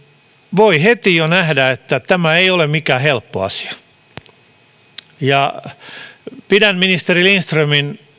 voi heti jo nähdä että tämä ei ole mikään helppo asia pidän ministeri lindströmin